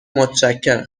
متشکرم